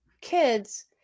kids